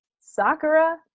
Sakura